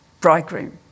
bridegroom